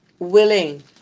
willing